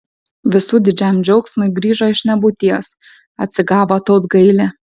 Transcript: visų didžiam džiaugsmui grįžo iš nebūties atsigavo tautgailė